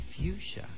Fuchsia